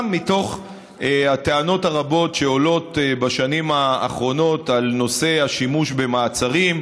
גם מתוך הטענות הרבות שעולות בשנים האחרונות על נושא השימוש במעצרים,